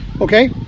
Okay